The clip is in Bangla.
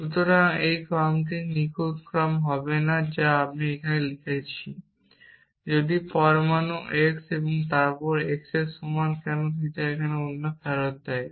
সুতরাং এই ক্রমটি নিখুঁত ক্রম হবে না যা আমি এখানে লিখছি যদি পরমাণু x তারপর x এর সমান কেন থিটা অন্য ফেরত দেয়